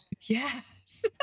yes